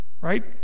Right